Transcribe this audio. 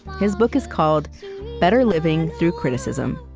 his book is called better living through criticism